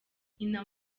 nyina